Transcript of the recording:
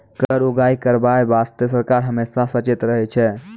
कर उगाही करबाय बासतें सरकार हमेसा सचेत रहै छै